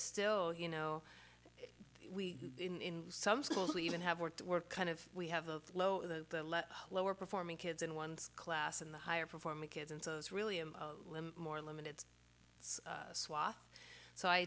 still you know we in some schools even have worked we're kind of we have a lower the lower performing kids in one's class in the higher performing kids and so those really i'm more limited swath so i